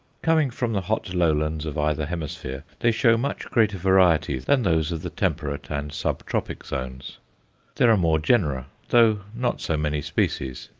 coming from the hot lowlands of either hemisphere, they show much greater variety than those of the temperate and sub-tropic zones there are more genera, though not so many species,